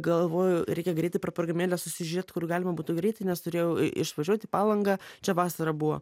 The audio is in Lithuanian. galvoju reikia greitai per programėlę susižiūrėt kur galima būtų greitai nes turėjau išvažiuot į palangą čia vasara buvo